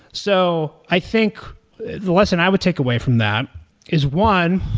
so i think the lesson i would take away from that is, one,